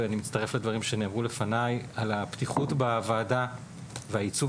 ואני מצטרף לדברים שנאמרו לפניי על הפתיחות בוועדה ועל הייצוב